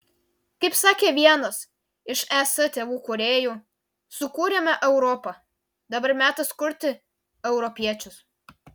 kaip sakė vienas iš es tėvų kūrėjų sukūrėme europą dabar metas kurti europiečius